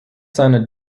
seiner